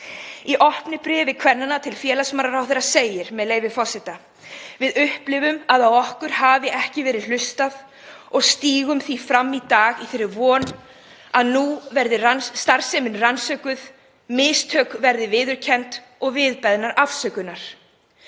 Í opnu bréfi kvennanna til félagsmálaráðherra segir, með leyfi forseta: „Við upplifum að á okkur hafi ekki verið hlustað og stígum því fram í dag í þeirri von að nú verði starfsemin rannsökuð, mistök verði viðurkennd og við beðnar afsökunar.“